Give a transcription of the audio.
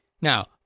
Now